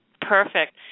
Perfect